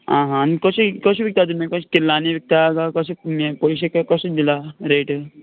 आं हां आनी कशें कशें विकता तुमी कशें किलांनी विकता काय कशें पयशें कशें दिलां रेट